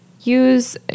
use